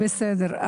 בסדר.